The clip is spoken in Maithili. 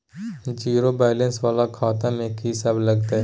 जीरो बैलेंस वाला खाता में की सब लगतै?